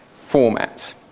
formats